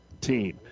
team